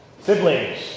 siblings